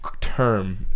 term